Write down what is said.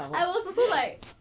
I was also like